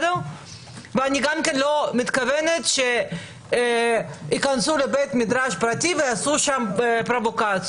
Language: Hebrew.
אני גם לא מתכוונת שייכנסו לבית מדרש פרטי ויעשו שם פרובוקציות.